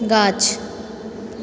गाछ